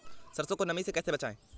सरसो को नमी से कैसे बचाएं?